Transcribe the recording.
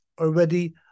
already